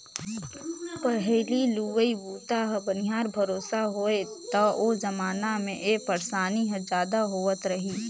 पहिली लुवई बूता ह बनिहार भरोसा होवय त ओ जमाना मे ए परसानी हर जादा होवत रही